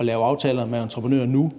at lave aftaler med entreprenører nu,